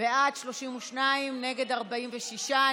היא ועדת הפנים והגנת הסביבה.